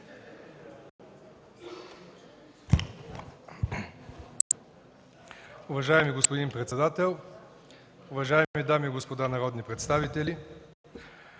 Уважаеми господин председател, уважаеми дами и господа народни представители,